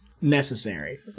necessary